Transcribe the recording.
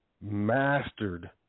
mastered